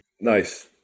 nice